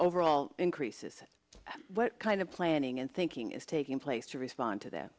overall increases what kind of planning and thinking is taking place to respond to that